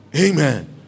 Amen